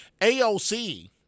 AOC